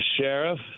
sheriff